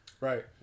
Right